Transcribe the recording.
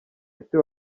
ese